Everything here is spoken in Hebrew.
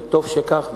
וטוב שכך.